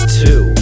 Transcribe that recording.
two